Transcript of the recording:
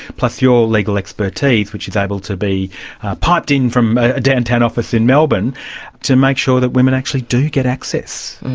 plus your legal expertise which is able to be piped in from a downtown office in melbourne to make sure that women actually do get access.